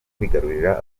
kwigarurira